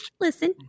Listen